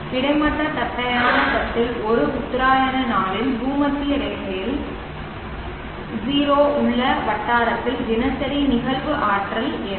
கிடைமட்ட தட்டையான தட்டில் ஒரு உத்தராயண நாளில் பூமத்திய ரேகையில் 0 0 உள்ள வட்டாரத்தில் தினசரி நிகழ்வு ஆற்றல் என்ன